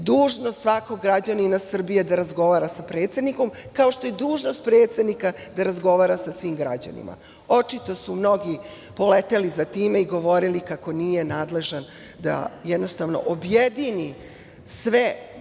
dužnost svakog građanina Srbije je da razgovara sa predsednikom, kao što je dužnost predsednika da razgovara sa svim građanima. Očito su mnogi poleteli za time i govorili kako nije nadležan da objedini sve